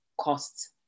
costs